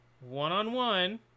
one-on-one